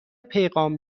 پیغام